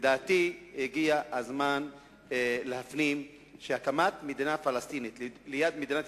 לדעתי הגיע הזמן להפנים שהקמת מדינה פלסטינית ליד מדינת